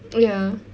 ya